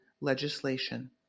legislation